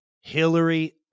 Hillary